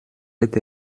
êtes